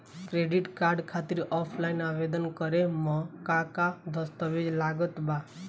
Credit card खातिर offline आवेदन करे म का का दस्तवेज लागत बा?